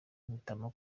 mpitamo